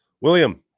William